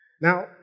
Now